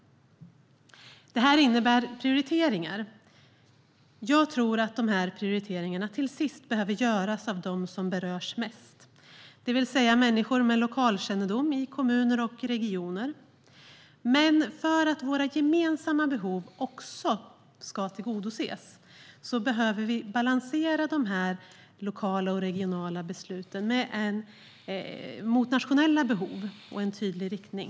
Det innebär prioriteringar. Jag tror att de prioriteringarna till sist behöver göras av dem som berörs mest, det vill säga människor med lokalkännedom i kommuner och regioner. Men för att våra gemensamma behov också ska tillgodoses behöver vi balansera de lokala och regionala besluten mot nationella behov och en tydlig riktning.